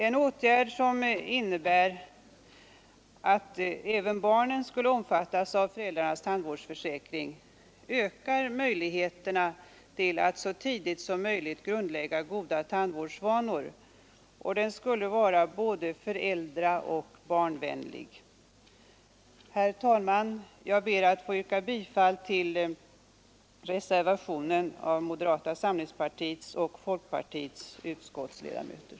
En åtgärd som innebär att även barnen omfattas av föräldrarnas tandvårdsförsäkring ökar möjligheterna att så tidigt som möjligt grundlägga goda tandvårdsvanor och skulle vara både föräldraoch barnvänlig. Herr talman! Jag ber att få yrka bifall till reservationen av moderata samlingspartiets och folkpartiets utskottsledamöter.